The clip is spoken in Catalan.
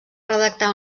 redactar